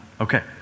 Okay